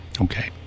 Okay